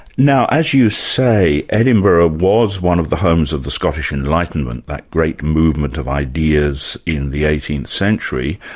now as you say, edinburgh was one of the homes of the scottish enlightenment, that great movement of ideas in the eighteenth century.